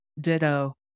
Ditto